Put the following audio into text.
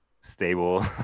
stable